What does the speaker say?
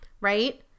right